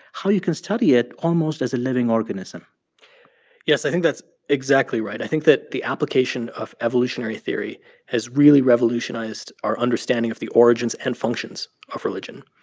how you can study it almost as a living organism yes. i think that's exactly right. i think that the application of evolutionary theory has really revolutionized our understanding of the origins and functions of religion.